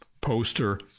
poster